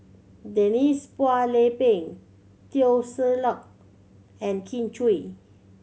Denise Phua Lay Peng Teo Ser Luck and Kin Chui